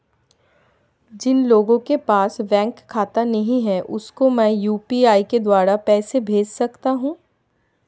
जिन लोगों के पास बैंक खाता नहीं है उसको मैं यू.पी.आई के द्वारा पैसे भेज सकता हूं?